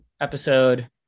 episode